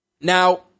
Now